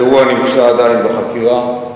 האירוע נמצא עדיין בחקירה.